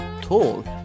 Tall